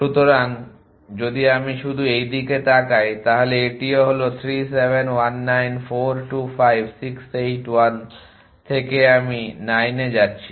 সুতরাং যদি আমি শুধু এই দিকে তাকাই তাহলে এটিও হল 3 7 1 9 4 2 5 6 8 1 থেকে আমি 9 তে যাচ্ছি